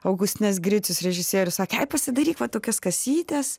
augustinas gricius režisierius sakėai pasidaryk va tokias kasytes